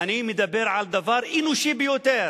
אני מדבר על דבר אנושי ביותר.